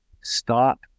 stop